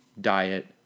diet